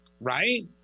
Right